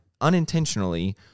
unintentionally